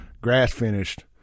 grass-finished